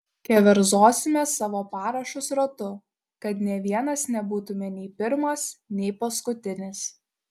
keverzosime savo parašus ratu kad nė vienas nebūtume nei pirmas nei paskutinis